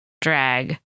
drag